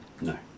No